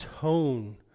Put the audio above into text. tone